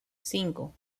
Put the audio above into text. cinco